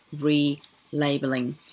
relabeling